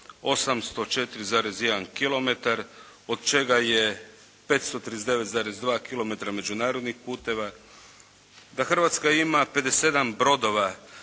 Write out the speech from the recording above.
804,1 kilometar od čega je 539,2 kilometara međunarodnih puteva. Da Hrvatska ima 57 brodova